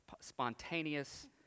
spontaneous